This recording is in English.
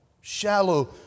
shallow